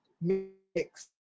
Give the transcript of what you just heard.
mixed